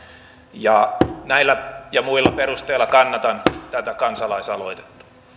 näillä ja muilla perusteilla kannatan tätä kansalaisaloitetta